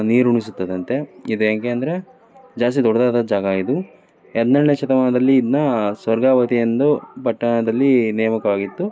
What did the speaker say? ನೀರುಣಿಸುತ್ತದಂತೆ ಇದು ಹೇಗೆ ಅಂದರೆ ಜಾಸ್ತಿ ದೊಡ್ಡದಾದ ಜಾಗ ಇದು ಹನ್ನೆರಡನೇ ಶತಮಾನದಲ್ಲಿ ಇದನ್ನ ಸ್ವರ್ಗಾವತಿ ಎಂದು ಪಟ್ಟಣದಲ್ಲಿ ನೇಮಕವಾಗಿತ್ತು